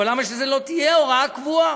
אבל למה שזו לא תהיה הוראה קבועה?